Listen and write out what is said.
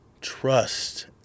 Trust